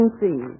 see